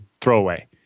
throwaway